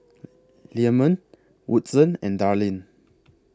Leamon Woodson and Darline